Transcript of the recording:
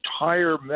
entire